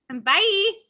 bye